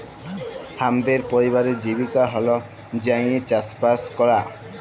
হামদের পরিবারের জীবিকা হল্য যাঁইয়ে চাসবাস করা